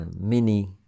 mini